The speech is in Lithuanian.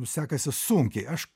sekasi sunkiai aš